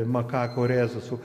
makakų rezusų